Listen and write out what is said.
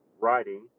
writing